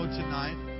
tonight